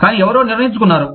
కానీ ఎవరో నిర్ణయించుకున్నారు